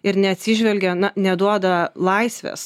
ir neatsižvelgia na neduoda laisvės